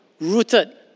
rooted